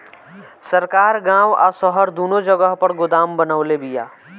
सरकार गांव आ शहर दूनो जगह पर गोदाम बनवले बिया